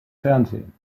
fernsehen